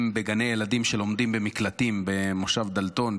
בגני ילדים שלומדים במקלטים במושב דלתון,